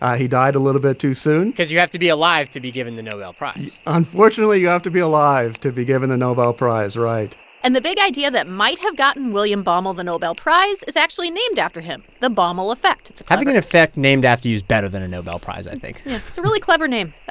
he died a little bit too soon because you have to be alive to be given the nobel prize unfortunately, you have to be alive to be given the nobel prize. right and the big idea that might have gotten william baumol the nobel prize is actually named after him, the baumol effect having an effect named after you is better than a nobel prize, i think yeah. it's a really clever name.